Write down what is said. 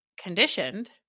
conditioned